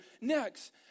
next